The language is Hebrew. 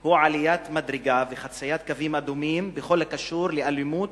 הוא עליית מדרגה וחציית קווים אדומים בכל הקשור לאלימות